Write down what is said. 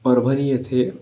परभणी येथे